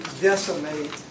decimate